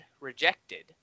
rejected